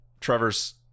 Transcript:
Trevor's